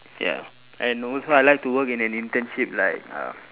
ya I know so I like to work in an internship like uh